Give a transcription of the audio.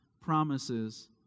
promises